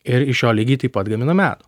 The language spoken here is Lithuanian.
ir iš jo lygiai taip pat gamina medų